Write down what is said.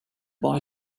boy